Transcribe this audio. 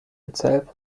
itself